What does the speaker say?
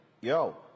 yo